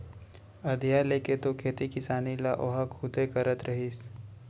अधिया लेके तो खेती किसानी ल ओहा खुदे करत रहिस